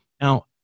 Now